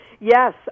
Yes